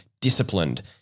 disciplined